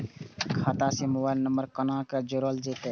खाता से mobile number कोना जोरल जेते?